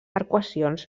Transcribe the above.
arcuacions